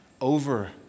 over